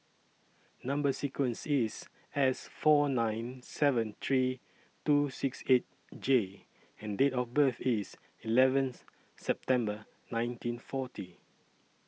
Number sequence IS S four nine seven three two six eight J and Date of birth IS eleventh September nineteen forty